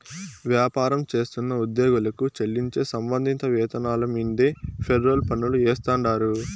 వ్యాపారం చేస్తున్న ఉద్యోగులకు చెల్లించే సంబంధిత వేతనాల మీన్దే ఫెర్రోల్ పన్నులు ఏస్తాండారు